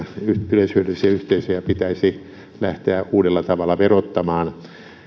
yleishyödyllisiä yhteisöjä pitäisi lähteä uudella tavalla verottamaan